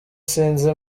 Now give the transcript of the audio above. sinzi